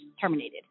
terminated